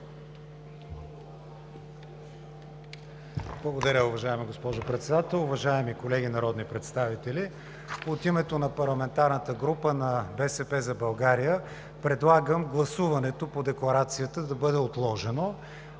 Благодаря, уважаема госпожо Председател. Уважаеми колеги народни представители, от името на парламентарната група на „БСП за България“ предлагам гласуването по Декларацията да бъде отложено,